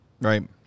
Right